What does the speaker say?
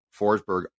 Forsberg